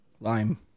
Lime